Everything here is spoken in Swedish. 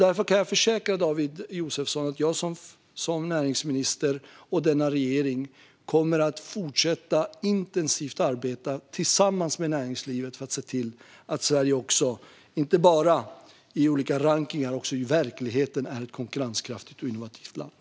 Därför kan jag försäkra David Josefsson att jag som näringsminister och denna regering kommer att fortsätta att intensivt arbeta tillsammans med näringslivet för att se till att Sverige inte bara i olika rankningar utan också i verkligheten är ett konkurrenskraftigt och innovativt land.